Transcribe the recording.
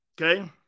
Okay